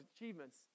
achievements